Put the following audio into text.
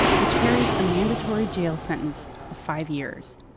which carries a mandatory jail sentence of five years.